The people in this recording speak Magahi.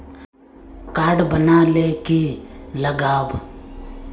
कार्ड बना ले की लगाव?